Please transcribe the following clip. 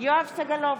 יואב סגלוביץ'